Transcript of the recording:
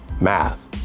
math